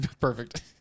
Perfect